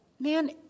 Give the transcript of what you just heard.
man